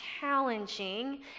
challenging